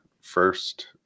first